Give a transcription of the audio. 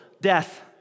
death